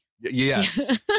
Yes